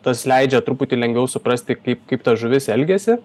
tas leidžia truputį lengviau suprasti kaip kaip ta žuvis elgiasi